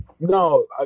No